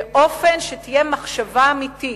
באופן שתהיה מחשבה אמיתית.